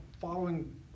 following